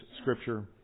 Scripture